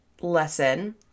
lesson